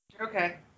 Okay